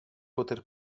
poter